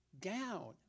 down